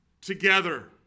together